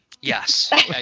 Yes